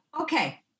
Okay